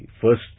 first